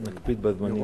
נקפיד בזמנים.